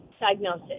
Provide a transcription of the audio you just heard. diagnosis